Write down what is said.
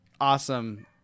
awesome